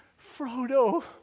Frodo